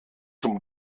zum